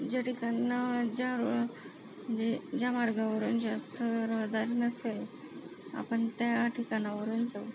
ज्या ठिकाण ज्या रोड म्हणजे ज्या मार्गावरून जास्त रहदारी नसेल आपण त्या ठिकाणावरून जाऊ